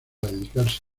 dedicarse